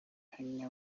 hanging